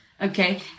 okay